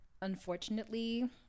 unfortunately